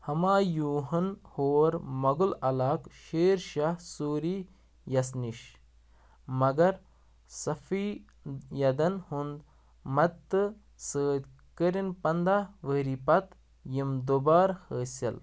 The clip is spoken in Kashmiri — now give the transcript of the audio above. ہَمایوٗہَن ہور مۄغُل علاقہٕ شیر شاہ سوٗری یَس نِش مگر صفیٖیَدَن ہُنٛد مَدتہٕ سۭتۍ کٔرِن پنٛداہ ؤرۍ پتہٕ یِم دُبارٕ حٲصِل